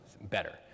better